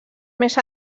més